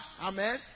Amen